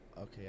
okay